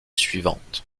suivante